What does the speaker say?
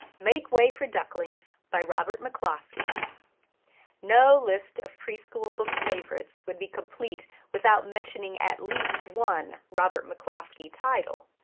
make way for ducklings by robert mccloskey no list of preschool book favorites would be complete without mentioning at least one robert mccloskey title.